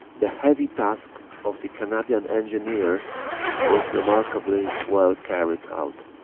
the heavy task of the canadian engineers was remarkably well carried out.